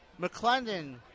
McClendon